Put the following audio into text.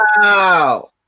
Wow